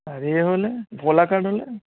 আর ইয়ে হলে ভোলা কাঠ হলে